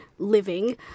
living